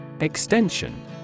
Extension